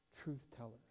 truth-tellers